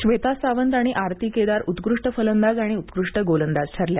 ब्रेता सावंत आणि आरती केदार उत्कृष्ट फलंदाज आणि उत्कृष्ट गोलंदाज ठरल्या